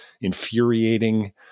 infuriating